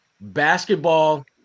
basketball